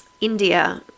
India